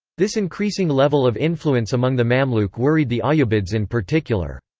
this increasing level of influence among the mamluk worried the ayyubids in particular.